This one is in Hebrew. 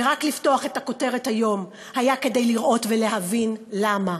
וצריך רק לפתוח את הכותרת היום כדי לראות ולהבין למה: